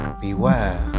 beware